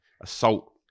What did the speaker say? assault